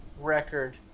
record